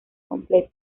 completo